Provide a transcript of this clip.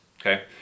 okay